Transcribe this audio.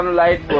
light